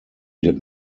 did